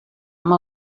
amb